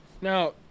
Now